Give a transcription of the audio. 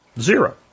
Zero